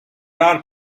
are